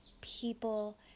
people